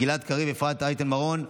גלעד קריב ואפרת רייטן מרום.